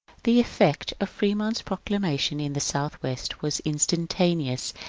the effect of fremont's proclamation in the southwest was instantaneous,